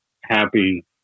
happy